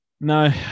No